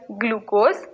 glucose